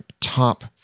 top